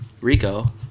Rico